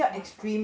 oh my god